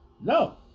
No